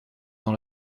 dans